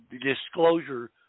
disclosure